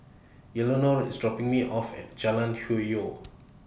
IS dropping Me off At Jalan Hwi Yoh